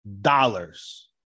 dollars